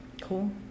Cool